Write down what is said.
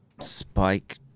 spike